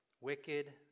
Wicked